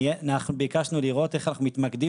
אנחנו ביקשנו לראות איך אנחנו מתמקדים